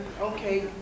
Okay